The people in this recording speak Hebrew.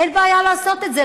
אין בעיה לעשות את זה.